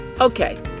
Okay